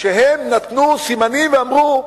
שנתנו סימנים ואמרו: